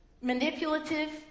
manipulative